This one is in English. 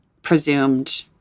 presumed